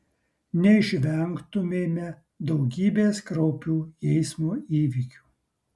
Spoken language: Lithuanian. neišvengtumėme daugybės kraupių eismo įvykių